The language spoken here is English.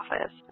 office